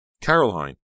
Caroline